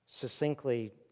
succinctly